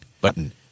button